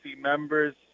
members